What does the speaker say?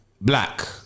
black